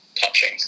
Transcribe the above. touching